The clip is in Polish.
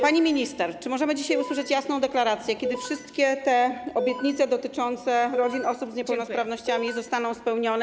Pani minister, czy możemy dzisiaj usłyszeć jasną deklarację, kiedy wszystkie te obietnice dotyczące rodzin osób z niepełnosprawnościami zostaną spełnione?